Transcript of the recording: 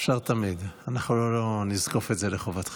אפשר תמיד, אנחנו לא נזקוף את זה לחובתך.